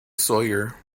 sawyer